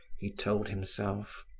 he told himself.